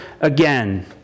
again